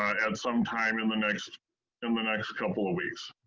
at sometime in the next in the next couple of weeks.